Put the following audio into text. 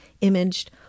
imaged